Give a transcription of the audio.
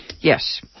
Yes